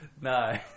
No